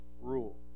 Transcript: rule